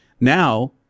Now